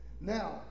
Now